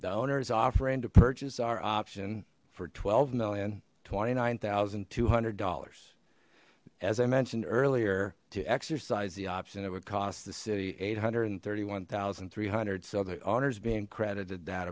the owner is offering to purchase our option for twelve million twenty nine thousand two hundred dollars as i mentioned earlier to exercise the option it would cost the city eight hundred and thirty one thousand three hundred so the owners being credited that